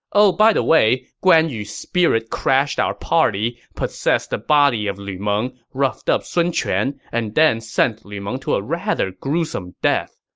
oh by the way, guan yu's spirit crashed our party, possessed the body of lu meng, roughed up sun quan, and then sent lu meng to a rather gruesome death.